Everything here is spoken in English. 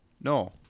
No